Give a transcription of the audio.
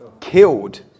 killed